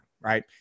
right